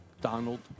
Donald